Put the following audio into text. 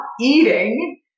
eating